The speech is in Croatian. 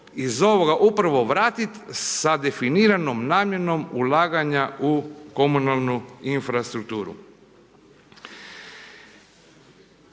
iz ovoga upravo vratiti sa definiranom namjenom ulaganja u komunalnu infrastrukturu.